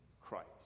christ